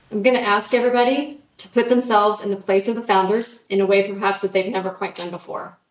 going to ask everybody to put themselves in the place of the founders in a way perhaps that they've never quite done before.